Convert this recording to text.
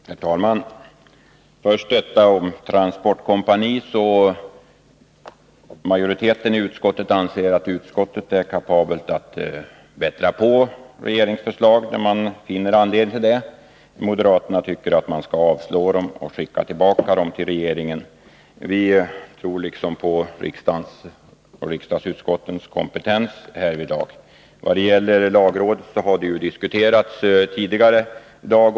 Herr talman! Först detta om transportkompani. Majoriteten i utskottet anser att utskottet är kapabelt att bättra på regeringsförslagen när man finner anledning till det. Moderaterna tycker att man skall avstyrka förslagen och skicka dem tillbaka till regeringen. Vi tror på riksdagens och riksdagsutskottens kompetens härvidlag. Vad gäller remiss till lagrådet har det diskuterats tidigare i dag.